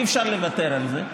אי-אפשר לוותר על זה,